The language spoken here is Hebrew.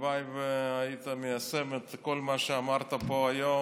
הלוואי שהיית מיישם את כל מה שאמרת פה היום,